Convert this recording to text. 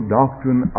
doctrine